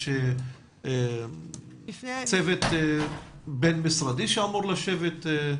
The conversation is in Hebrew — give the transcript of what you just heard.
יש צוות בין-משרדי שאמור לשבת?